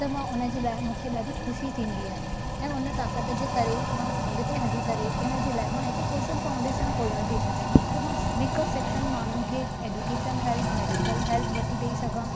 त मां हुन जे लाइ मूंखे ॾाढी खु़शी थींदी आहे ऐ हुन ताक़ति जे करे मां अॻिते हली करे इन जे लाइ मां हिकु सोशल फाउंडेशनु खोलणु थी चाहियां त मां वीकर सेक्शन माण्हुनि खे ऐडुकेशन हेल्पु ऐ मेडिकल हेल्पु वठी ॾेई सघां